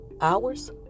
Hours